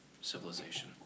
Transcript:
civilization